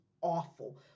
awful